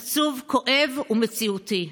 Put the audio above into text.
עצוב, כואב ומציאותי.